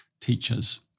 teachers